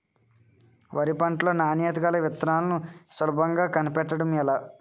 వరి పంట లో నాణ్యత గల విత్తనాలను సులభంగా కనిపెట్టడం ఎలా?